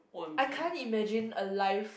I can't imagine a life